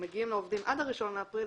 שמגיעים לעובדים עד ה-1 באפריל,